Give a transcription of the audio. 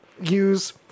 Use